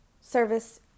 service